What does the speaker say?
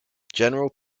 general